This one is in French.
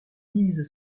dise